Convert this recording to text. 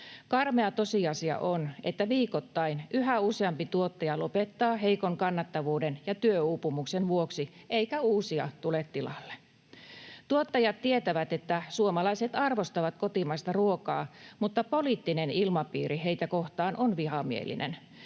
Karmea tosiasia on, että viikoittain yhä useampi tuottaja lopettaa heikon kannattavuuden ja työuupumuksen vuoksi eikä uusia tule tilalle. Tuottajat tietävät, että suomalaiset arvostavat kotimaista ruokaa, mutta poliittinen ilmapiiri heitä kohtaan on vihamielinen.